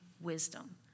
wisdom